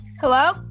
Hello